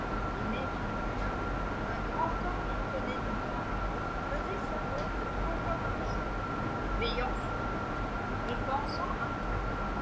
et maître lucas un grand homme qui prenait du ventre faisait sa ronde trois fois par jour veillant sur tout et pensant à tout